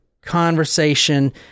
conversation